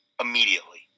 immediately